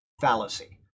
fallacy